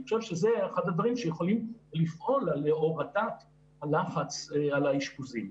אני חושב שזה אחד הדברים שיכולים לפעול להורדת הלחץ על האשפוזים.